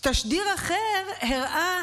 תשדיר אחר הראה